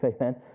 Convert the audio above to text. amen